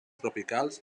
tropicals